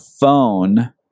phone